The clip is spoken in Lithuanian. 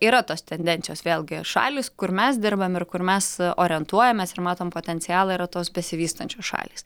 yra tos tendencijos vėlgi šalys kur mes dirbam ir kur mes orientuojamės ir matom potencialą yra tos besivystančios šalys